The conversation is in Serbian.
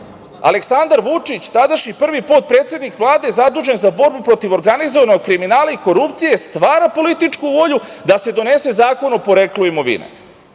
Aleksandar Vučić, tadašnji prvi potpredsednik Vlade zadužen za borbu protiv organizovanog kriminala i korupcije stvara političku volju da se donese Zakon o poreklu imovine.